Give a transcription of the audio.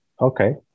Okay